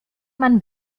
man